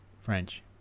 French